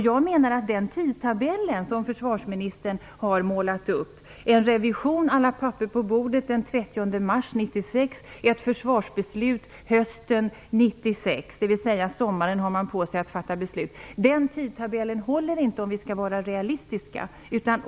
Jag menar att den tidtabell som försvarsministern har målat upp inte håller om vi skall vara realistiska. Det skall ha gjorts en revision med alla papper på bordet den 30 mars 1996, och ett försvarsbeslut skall fattas hösten 1996. Man har sommaren på sig att fatta beslut.